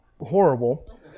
horrible